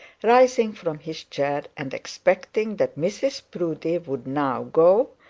rising from his chair, and expecting that mrs proudie would now go,